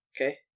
Okay